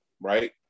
right